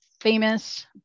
famous